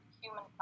human